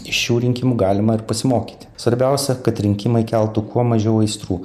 iš šių rinkimų galima ir pasimokyti svarbiausia kad rinkimai keltų kuo mažiau aistrų